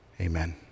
Amen